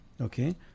okay